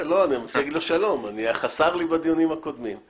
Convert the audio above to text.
הוא עולה לדירה של האדם ומנסה לבדוק אם הוא שם.